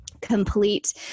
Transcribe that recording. complete